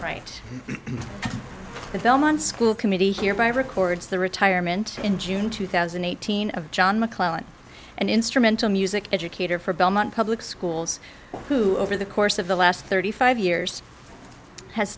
right in the belmont school committee here by records the retirement in june two thousand and eighteen of john mcclelland and instrumental music educator for belmont public schools who over the course of the last thirty five years has